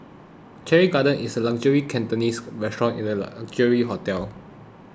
Cherry Garden is a luxurious Cantonese restaurant in a luxury hotel